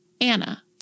Anna